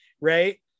Right